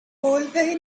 polvere